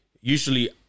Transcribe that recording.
usually